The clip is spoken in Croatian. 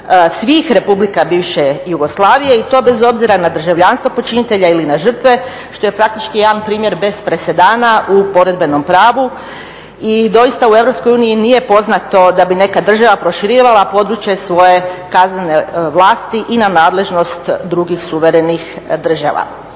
svih republika bivše Jugoslavije i to bez obzira na državljanstvo počinitelja ili na žrtve, što je praktički jedan primjer bez presedana u poredbenom pravu. I doista, u Europskoj uniji nije poznato da bi neka država proširivala područje svoje kaznene vlasti i na nadležnost drugih suverenih država.